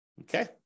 Okay